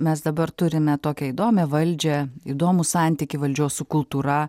mes dabar turime tokią įdomią valdžią įdomų santykį valdžios su kultūra